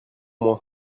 moins